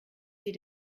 sie